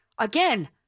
Again